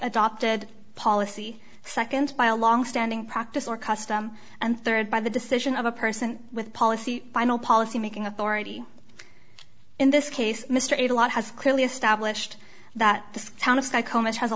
adopted policy second by a longstanding practice or custom and third by the decision of a person with policy final policy making authority in this case mr a lot has clearly established that